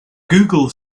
google